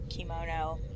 kimono